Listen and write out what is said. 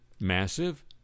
massive